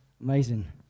Amazing